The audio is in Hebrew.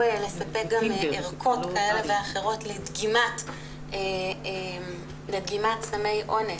לספק גם ערכות כאלה ואחרות לדגימת סמי אונס,